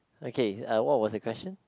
okay uh what was the question